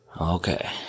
Okay